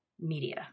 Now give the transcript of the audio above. Media